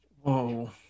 Whoa